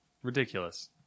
Ridiculous